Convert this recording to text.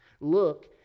Look